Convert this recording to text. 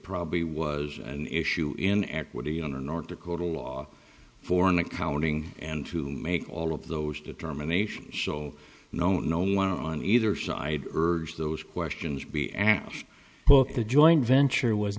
probably was an issue in equity under north dakota law for an accounting and to make all of those determinations so no no one on either side urge those questions be asked book the joint venture was